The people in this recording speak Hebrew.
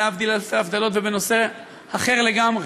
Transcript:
להבדיל אלפי הבדלות ובנושא אחר לגמרי,